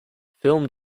film